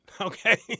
Okay